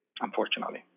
unfortunately